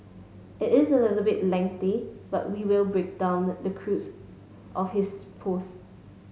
it is a little bit lengthy but we will break down the crux of his post